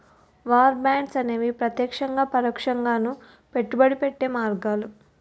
war bonds అనేవి ప్రత్యక్షంగాను పరోక్షంగాను పెట్టుబడి పెట్టే మార్గాలు